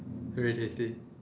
very tasty